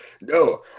No